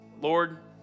Lord